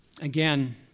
Again